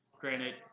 Granted